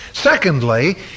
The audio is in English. Secondly